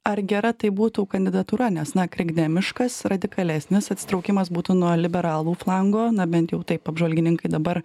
ar gera tai būtų kandidatūra nes na krikdemiškas radikalesnis atsitraukimas būtų nuo liberalų flango na bent jau taip apžvalgininkai dabar